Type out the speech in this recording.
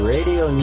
Radio